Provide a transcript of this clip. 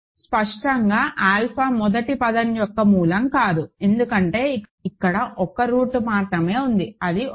స్పష్టంగా ఆల్ఫా మొదటి పదం యొక్క మూలం కాదు ఎందుకంటే ఇక్కడ 1 రూట్ మాత్రమే ఉంది అది 1